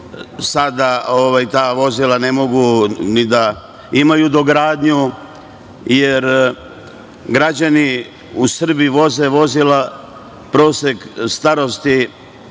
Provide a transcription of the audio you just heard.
i ta vozila ne mogu da imaju dogradnju, jer građani u Srbiji voze vozila gde je prosek starosti,